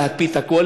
להקפיא את הכול,